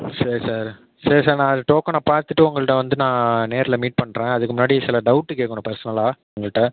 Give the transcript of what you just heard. சரி சார் சரி சார் நான் டோக்கனை பார்த்துட்டு உங்கள்கிட்ட வந்து நான் நேரில் மீட் பண்ணுறேன் அதுக்கு முன்னாடி சில டௌட்டு கேட்கணும் பர்ஸ்னலாக உங்கள்கிட்ட